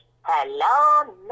Hello